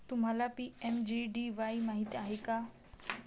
तुम्हाला पी.एम.जे.डी.वाई माहित आहे का?